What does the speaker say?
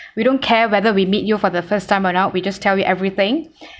we don't care whether we meet you for the first time or not we just tell you everything